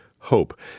Hope